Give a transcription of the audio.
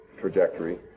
trajectory